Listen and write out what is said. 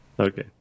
Okay